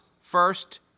first